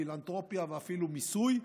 פילנתרופיה ואפילו מיסוי,